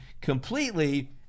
completely